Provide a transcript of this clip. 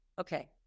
Okay